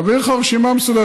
אני אעביר לך רשימה מסודרת.